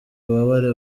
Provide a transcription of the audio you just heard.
ububabare